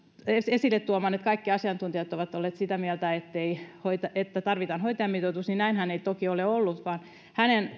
esille tuoman asian että kaikki asiantuntijat olisivat olleet sitä mieltä että tarvitaan hoitajamitoitus näinhän ei toki ole ollut vaan hänen